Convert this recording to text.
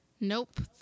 Nope